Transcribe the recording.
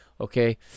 okay